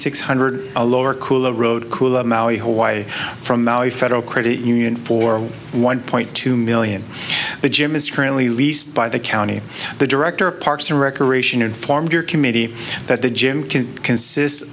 six hundred a lower cool road cool of maui hawaii from maui federal credit union for one point two million the gym is currently leased by the county the director of parks and recreation informed your committee that the gym can consist